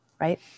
right